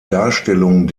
darstellung